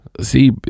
See